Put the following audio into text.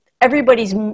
everybody's